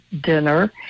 dinner